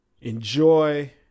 enjoy